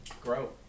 grow